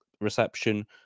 reception